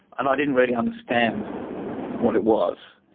and i didn't really understand what it was.